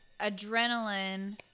Adrenaline